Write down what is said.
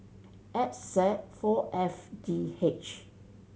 X Z four F D H